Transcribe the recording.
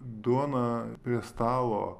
duoną prie stalo